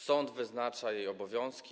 Sąd wyznacza jej obowiązki.